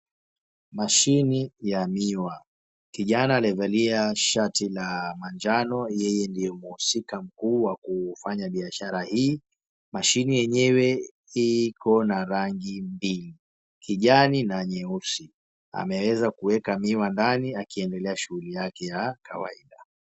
Mashini ya miwa kijana aliyevalia shati la manjano ndiye mhusika mkuu wakufanya biashara hii. Mashini yenyewe iko na rangi mbili kijani na nyeusi ameweza kuweka miwa ndani akiendelea na shughuli zake za kawaida.